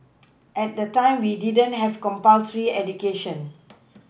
at that time we didn't have compulsory education